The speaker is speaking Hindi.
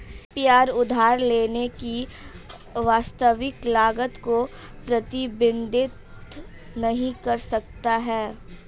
ए.पी.आर उधार लेने की वास्तविक लागत को प्रतिबिंबित नहीं कर सकता है